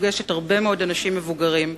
פוגשת הרבה מאוד אנשים מבוגרים,